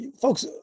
folks